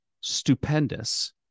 stupendous